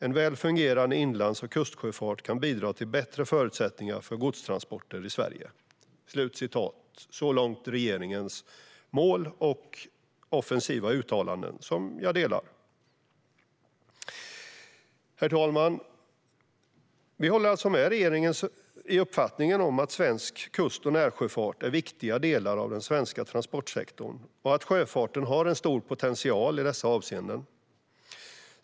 En väl fungerande inlands och kustsjöfart kan bidra till bättre förutsättningar för godstransporter i Sverige." Så långt regeringens mål och offensiva uttalanden, vilka jag instämmer i. Herr talman! Vi delar regeringens uppfattning att svensk kust och närsjöfart är viktiga delar av den svenska transportsektorn och att sjöfarten har en stor potential i dessa avseenden.